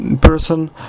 person